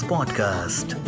Podcast